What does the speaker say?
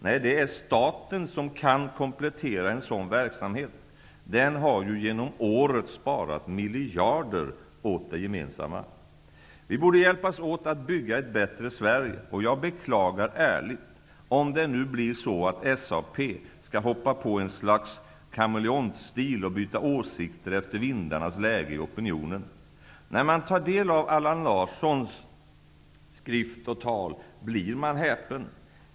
Nej, det är staten som kan komplettera en sådan verksamhet. Den har ju genom åren sparat miljarder åt det gemensamma. Vi borde hjälpas åt att bygga ett bättre Sverige. Jag beklagar ärligt om det nu blir så att SAP skall hoppa på en slags kameleontstil och byta åsikter efter vindarnas läge i opinionen. När man tar del av Allan Larssons skrift och tal blir man häpen.